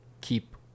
keep